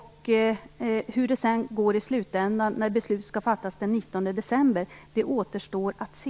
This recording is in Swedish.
Hur det går i slutändan den 19 december, då beslut skall fattas, återstår att se.